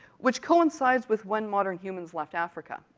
which coincides with when modern humans left africa.